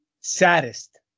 Saddest